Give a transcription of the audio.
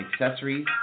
accessories